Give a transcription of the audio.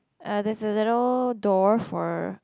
uh there's a little door for